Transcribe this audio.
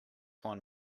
one